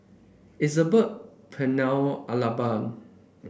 Isabel Pernell Alabama